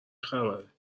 خبره